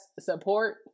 support